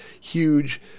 huge